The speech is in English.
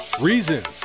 Reasons